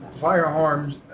Firearms